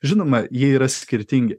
žinoma jie yra skirtingi